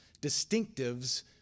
distinctives